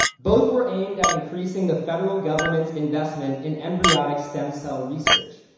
both were aimed at increasing the federal government's investment in embryonic stem cell research,